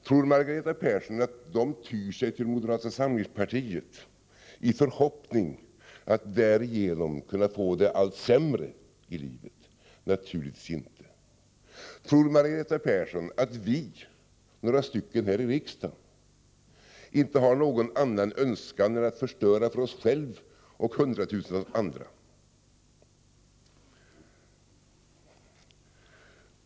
Tror Margareta Persson att de tyr sig till moderata samlingspartiet i förhoppningen att därigenom få det allt sämre i livet? Naturligtvis inte! Tror Margareta Persson att vi, några stycken här i riksdagen, inte har någon annan önskan än att förstöra för oss själva och hundratusentals andra?